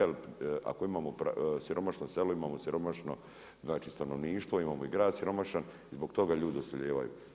Jel ako imamo siromašno selo imamo siromašno stanovništvo, imamo i grad siromašan i zbog toga ljudi odseljavaju.